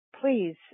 please